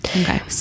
Okay